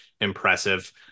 impressive